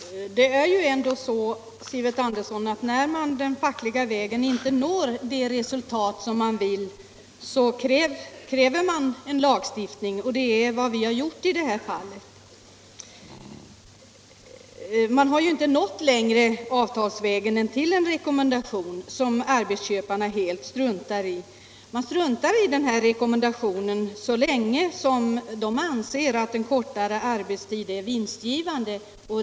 Herr talman! Det är ju ändå så, herr Ulander, att när man den fackliga vägen inte når de resultat man vill kräver man en lagstiftning. Det har vi gjort i detta fall. Man har ju inte nått längre avtalsvägen än till en rekommendation som arbetsköparna helt struntar i. Man struntar i den så länge man anser att en kortare arbetstid är vinstgivande.